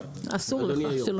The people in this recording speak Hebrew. אסור לך.